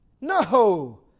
No